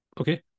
Okay